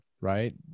right